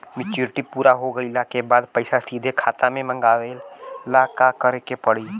Maturity पूरा हो गइला के बाद पईसा सीधे खाता में मँगवाए ला का करे के पड़ी?